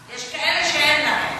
יש כאלה שאין להם.